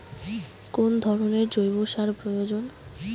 কোন ধরণের জৈব সার প্রয়োজন?